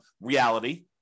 reality